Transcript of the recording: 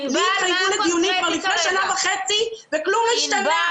היו דיונים כבר לפני שנה וחצי וכלום לא השתנה.